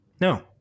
No